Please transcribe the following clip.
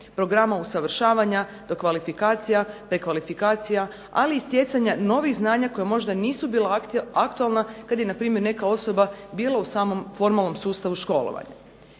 programa usavršavanja, dokvalifikacija, prekvalifikacija, ali i stjecanja novih znanja koja možda nisu bila aktualna kada je npr. neka osoba bila u samom formalnom sustavu školovanja.